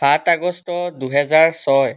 সাত আগষ্ট দুহেজাৰ ছয়